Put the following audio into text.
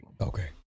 Okay